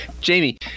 Jamie